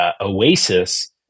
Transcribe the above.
oasis